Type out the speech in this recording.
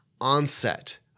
onset